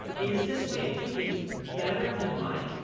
is this way of thinking better than mine.